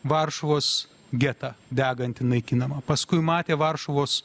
varšuvos getą degantį naikinamą paskui matė varšuvos